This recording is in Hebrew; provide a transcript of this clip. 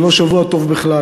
זה לא שבוע טוב בכלל.